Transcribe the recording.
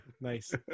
Nice